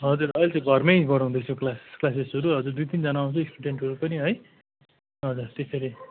हजुर अहिले त घरमै गराउँदैछु क्लास काल्सेसहरू हजुर दुई तिनजना आउँछ स्टुडेन्टहरू पनि है हजुर त्यसरी